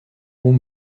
haut